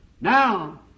Now